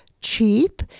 cheap